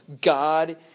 God